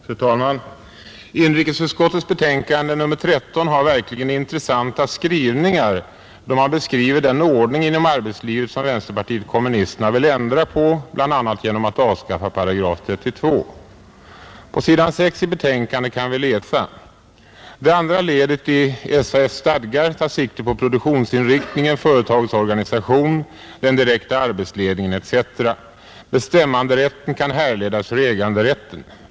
Fru talman! Inrikesutskottets betänkande nr 13 har verkligen intressanta skrivningar, då man skildrar den ordning inom arbetslivet som vpk vill ändra på, bl.a. genom att avskaffa § 32. På sidan 6 i betänkandet kan vi läsa: ”Det andra ledet i §32 i SAF: stadgar tar sikte på ——=—-— produktionsinriktningen, företagets organisation, den direkta arbetsledningen, etc. ——— Bestämmanderätten kan härledas ur äganderätten.